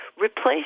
replace